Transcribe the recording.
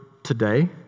today